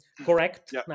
correct